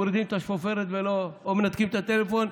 מורידים את השפופרת או מנתקים את הטלפון,